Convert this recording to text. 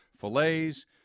fillets